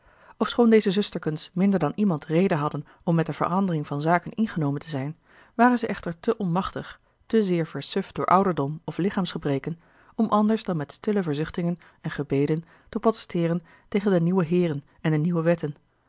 ofschoon deze zusterkens minder dan iemand reden hadden om met de verandering van zaken ingenomen te zijn waren ze echter te onmachtig te zeer versuft door ouderdom of lichaamsgebreken om anders dan met stille verzuchtingen en gebeden te protesteeren tegen de nieuwe heeren en de nieuwe wetten